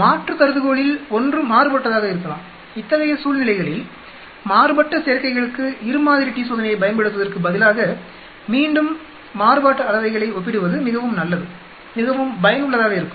மாற்று கருதுகோளில் ஒன்று மாறுபட்டதாக இருக்கலாம் இத்தகைய சூழ்நிலைகளில் மாறுபட்ட சேர்க்கைகளுக்கு இரு மாதிரி t சோதனையைப் பயன்படுத்துவதற்கு பதிலாக மீண்டும் மாறுபாட்டு அளவைகளை ஒப்பிடுவது மிகவும் நல்லது மிகவும் பயனுள்ளதாக இருக்கும்